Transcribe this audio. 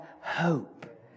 hope